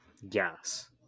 Yes